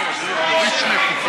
מי שלא פה,